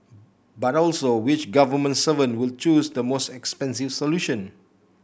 but also which government servant would choose the most expensive solution